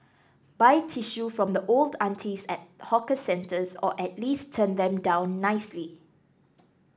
buy tissue from the old aunties at hawker centres or at least turn them down nicely